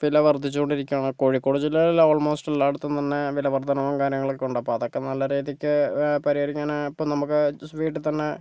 വില വർധിച്ചുകൊണ്ടിരിക്കുവാണ് കോഴിക്കോട് ജില്ലയിൽ ആൾമോസ്റ്റ് എല്ലാ ഇടതും തന്നെ വില വർദ്ധനവും കാര്യങ്ങളൊക്കെ ഉണ്ട് അപ്പോൾ അതൊക്കെ നല്ല രീതിക്ക് പരിഹരിക്കാൻ ഇപ്പോൾ നമുക്ക് ജസ്റ്റ് വീട്ടിൽ തന്നെ